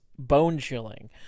bone-chilling